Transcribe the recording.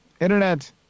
internet